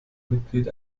mitglied